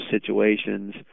situations